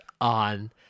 on